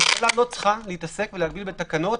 ממשלה לא צריכה להתעסק ולהגביל בתקנות